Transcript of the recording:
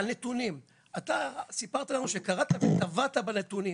הנתונים, אתה סיפרת לנו שקראת וטבעת בנתונים,